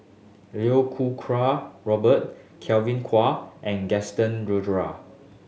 Iau Ku Kwa Robert Kevin Kwa and Gaston